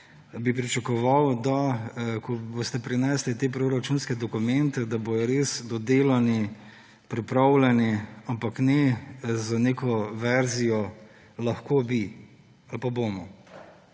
bi pričakoval, da ko boste prinesli te proračunske dokumente, bodo res dodelani, pripravljeni, ne pa z neko verzijo »lahko bi« ali pa »bomo«.